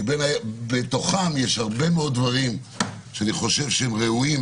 כי בתוכם יש הרבה מאוד דברים שאני חושב שהם ראויים,